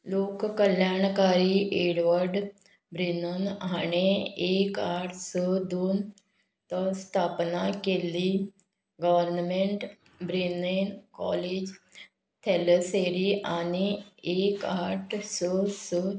लोक कल्याणकारी Edward Brennan हाणें एक आठ स दोन स्थापना केल्ली गव्हर्नमेंट ब्रेनेन कॉलेज थॅलसेरी आनी एक आठ स स